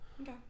Okay